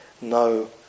no